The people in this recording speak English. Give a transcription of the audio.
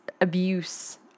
abuse